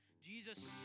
Jesus